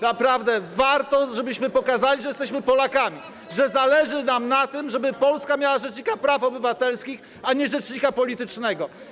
Naprawdę warto, żebyśmy pokazali, że jesteśmy Polakami, że zależy nam na tym, żeby Polska miała rzecznika praw obywatelskich, a nie rzecznika politycznego.